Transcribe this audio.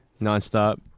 nonstop